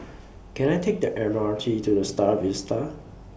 Can I Take The M R T to The STAR Vista